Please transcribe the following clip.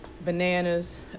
bananas